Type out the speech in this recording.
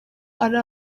ari